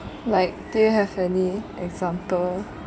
like do you have any example